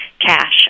cash